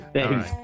Thanks